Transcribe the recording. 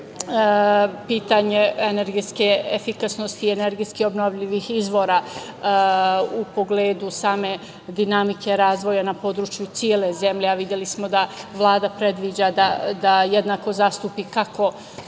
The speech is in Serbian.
pitanje energetske efikasnosti i energetski obnovljivih izvora u pogledu same dinamike razvoja na području cele zemlje, a videli smo da Vlada predviđa da jednako zastupi kako